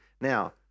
Now